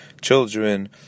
children